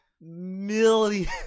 million